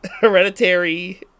Hereditary